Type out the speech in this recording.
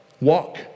Walk